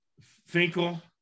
Finkel